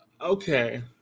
okay